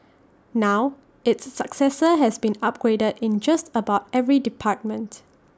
now its successor has been upgraded in just about every department